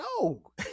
no